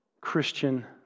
Christian